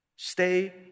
stay